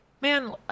man